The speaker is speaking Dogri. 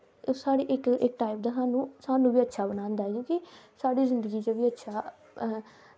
ओहे साढ़े इक्क टाईप दा स्हानू बी अच्छा बनांदा क्योंकि साढ़ी जिन्दगी च बी अच्छा अस